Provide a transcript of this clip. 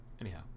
Anyhow